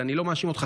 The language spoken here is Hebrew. ואני לא מאשים אותך,